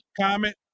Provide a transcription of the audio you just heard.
comment